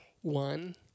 one